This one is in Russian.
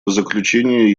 заключение